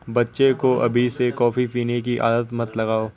बच्चे को अभी से कॉफी पीने की आदत मत लगाओ